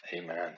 Amen